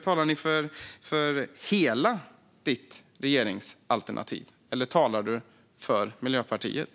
Talar du för hela ert regeringsalternativ, eller talar du bara för Miljöpartiet?